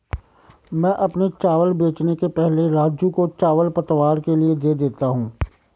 मैं अपने चावल बेचने के पहले राजू को चावल पतवार के लिए दे देता हूं